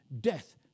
Death